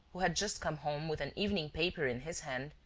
who had just come home, with an evening paper in his hand,